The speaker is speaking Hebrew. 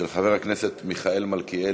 מס' 7665, של חבר הכנסת מיכאל מלכיאלי.